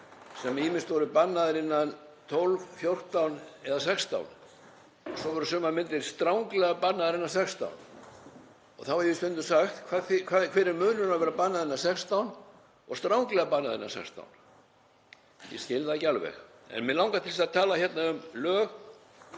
sem ýmist voru bannaðar innan 12, 14 eða 16. Svo voru sumar myndir stranglega bannaðar innan 16. Ég hef stundum sagt. Hver er munurinn á að vera bannað innan 16 og stranglega bannað innan 16? Ég skil það ekki alveg. En mig langar til að tala hérna um lög